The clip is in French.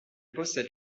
possède